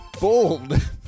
Bold